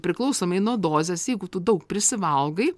priklausomai nuo dozės jeigu tu daug prisivalgai